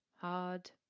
hard